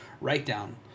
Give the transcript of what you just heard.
write-down